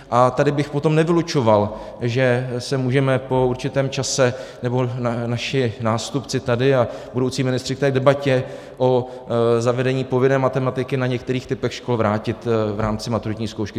A tady bychom potom nevylučoval, že se můžeme po určitém čase, nebo naši nástupci tady a budoucí ministři, k té debatě o zavedení povinné matematiky na některých typech škol vrátit v rámci maturitní zkoušky.